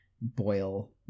boil